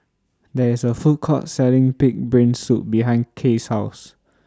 There IS A Food Court Selling Pig'S Brain Soup behind Kay's House